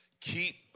Keep